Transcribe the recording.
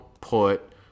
put